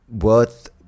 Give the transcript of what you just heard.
worth